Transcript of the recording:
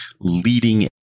leading